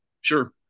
Sure